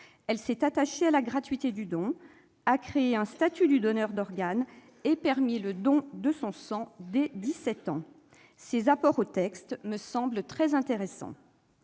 Elle s'est attachée à la gratuité du don, a créé un statut du donneur d'organe et permis le don de son sang dès l'âge de 17 ans. Ces apports me semblent très intéressants.